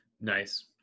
Nice